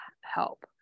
help